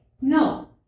No